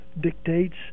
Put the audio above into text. dictates